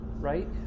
right